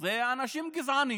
זה אנשים גזענים